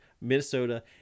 minnesota